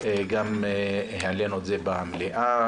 גם העלינו את זה במליאה,